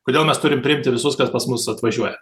kodėl mes turim priimti visus kas pas mus atvažiuoja